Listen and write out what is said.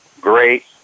great